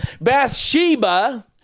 Bathsheba